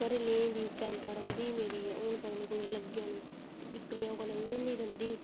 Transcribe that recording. घरे आह्ले बी चितां रौंह्दी ही मेरी हुन पता नी कुतै लग्गै नेईं इक्कले में इ'यां